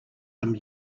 some